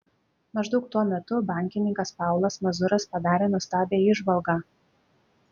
maždaug tuo metu bankininkas paulas mazuras padarė nuostabią įžvalgą